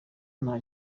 nta